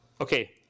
okay